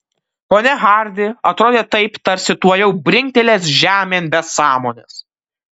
ponia hardi atrodė taip tarsi tuojau brinktelės žemėn be sąmonės